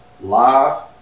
live